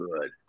good